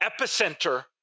epicenter